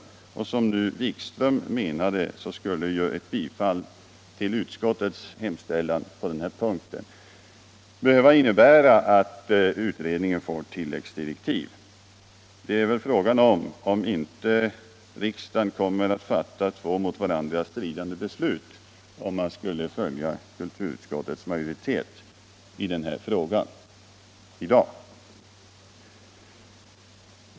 Enligt herr Wikströms mening skulle ett bifall till kulturutskottets hemställan på denna punkt innebära att utredningen måste få tilläggsdirektiv. Det kan väl ifrågasättas om inte riksdagen kommer att fatta två mot varandra stridande beslut, om den i dag följer kulturutskottets majoritet i denna fråga.